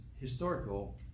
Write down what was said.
historical